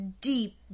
deep